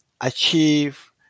achieve